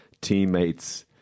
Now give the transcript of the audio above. teammates